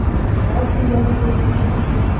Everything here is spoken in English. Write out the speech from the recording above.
but, without condemning your treatment of her,